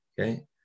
okay